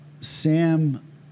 Sam